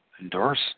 endorse